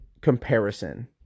comparison